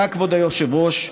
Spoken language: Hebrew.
כבוד היושב-ראש,